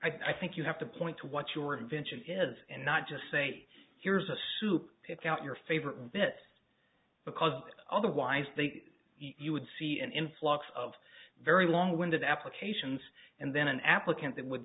embodiment i think you have to point to what your invention is and not just say here's a who picks out your favorite bits because otherwise they you would see an influx of very long winded applications and then an applicant that would